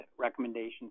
recommendations